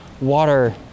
water